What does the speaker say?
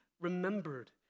remembered